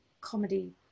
comedy